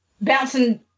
bouncing